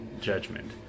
judgment